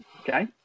Okay